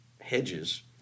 hedges